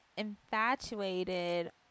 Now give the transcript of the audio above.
Infatuated